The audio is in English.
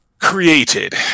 created